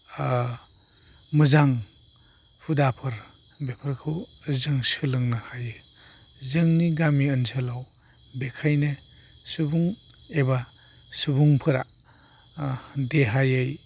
मोजां हुदाफोर बेफोरखौ जों सोलोंनो हायो जोंनि गामि ओनसोलाव बेखायनो सुबुं एबा सुबुंफोरा देहायै